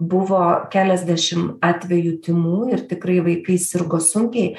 buvo keliasdešimt atvejų tymų ir tikrai vaikai sirgo sunkiai